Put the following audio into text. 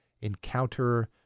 encounter